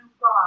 God